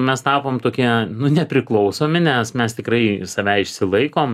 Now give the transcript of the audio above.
mes tapom tokie nu nepriklausomi nes mes tikrai save išsilaikom